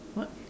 what